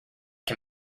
can